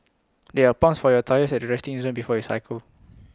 there are pumps for your tyres at the resting zone before you cycle